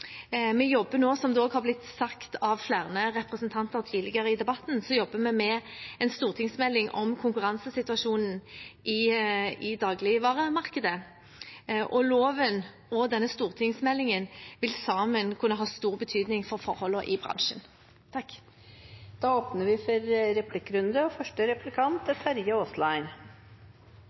Vi jobber nå, som det er blitt sagt av flere representanter tidligere i debatten, med en stortingsmelding om konkurransesituasjonen i dagligvaremarkedet. Loven og denne stortingsmeldingen vil sammen kunne ha stor betydning for forholdene i bransjen. Det blir replikkordskifte. I innstillingen er det en komitémerknad som er